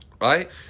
Right